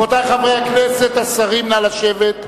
רבותי חברי הכנסת, השרים, נא לשבת.